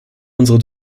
unsere